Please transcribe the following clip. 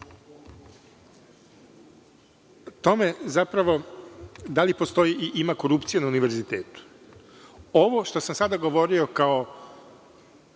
tome da li postoji i ima korupcije na univerzitetu? Ovo što sam sada govorio kao